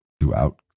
throughout